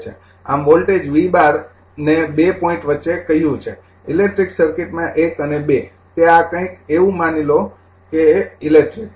આમ વોલ્ટેજ V૧૨ ને ૨ પોઈન્ટ વચ્ચે કહ્યું છે ઇલેક્ટ્રિક સર્કિટમાં ૧ અને ૨ તે આ કંઈક એવું માની લો કે ઇલેક્ટ્રિક